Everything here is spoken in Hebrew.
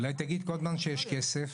אולי תגיד "כל זמן שיש כסף".